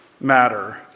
matter